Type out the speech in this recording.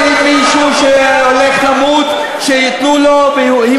אתם רוצים שמישהו שהולך למות, שייתנו לו.